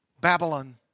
Babylon